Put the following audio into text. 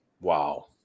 Wow